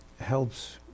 helps